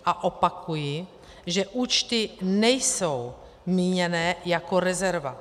A opakuji, že účty nejsou míněné jako rezerva.